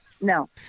No